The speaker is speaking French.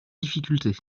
difficulté